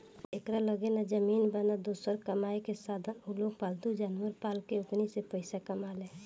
जेकरा लगे ना जमीन बा, ना दोसर कामायेके साधन उलोग पालतू जानवर पाल के ओकनी से पईसा कमाले